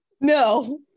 no